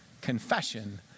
confession